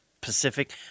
Pacific